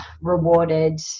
rewarded